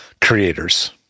creators